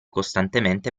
costantemente